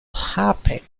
happy